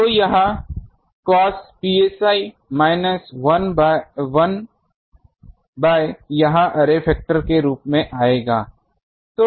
तो यह cos psi minus 1 by यह अर्रे फैक्टर के रूप में आएगा है